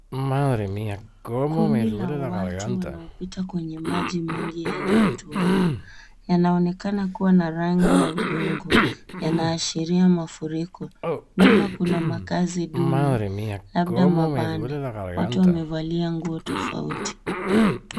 Kundi la maji wanaopita kwenye maji mengi yaliyotuama. Yanaonekana kuwa na rangi ya udongo. Yanaashiria mafuriko. Nyuma kuna makazi duni, labda mabanda. Watu wamevalia nguo tofauti.